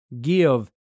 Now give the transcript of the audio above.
give